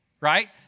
right